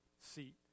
seat